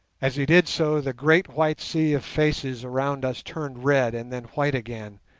as he did so, the great white sea of faces around us turned red and then white again,